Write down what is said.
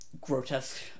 grotesque